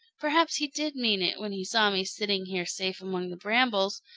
perhaps he did mean it when he saw me sitting here safe among the brambles,